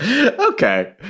Okay